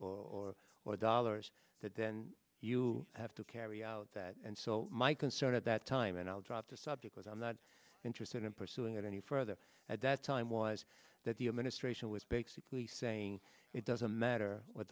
or or dollars that then you have to carry out that and so my concern at that time and i'll drop the subject was i'm not interested in pursuing it any further at that time was that the administration was basically saying it doesn't matter what